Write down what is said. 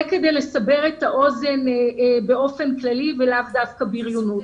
זה כדי לסבר את האוזן באופן כללי ולאו דווקא בריונות.